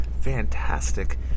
fantastic